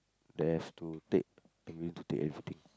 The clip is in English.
that I have to take for you to take everything